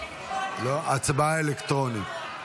לא, הצבעה אלקטרונית.